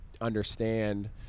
understand